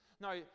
Now